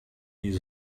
his